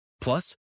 Plus